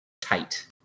tight